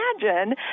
imagine